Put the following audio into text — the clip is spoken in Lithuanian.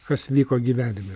kas vyko gyvenime